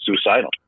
suicidal